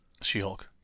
She-Hulk